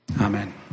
Amen